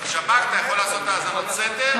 בשב"כ אתה יכול לעשות האזנות סתר,